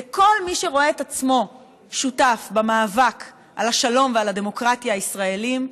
לכל מי שרואה את עצמו שותף במאבק על השלום ועל הדמוקרטיה הישראליים,